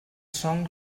són